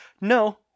no